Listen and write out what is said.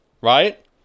right